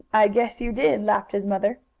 i guess you did, laughed his mother.